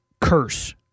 curse